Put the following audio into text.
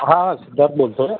हां सिद्धार्थ बोलत आहे